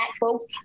folks